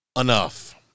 enough